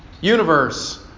universe